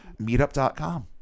Meetup.com